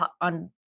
on